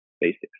Basics